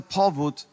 powód